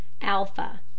Alpha